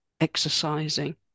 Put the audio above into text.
exercising